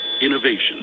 Innovation